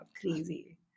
crazy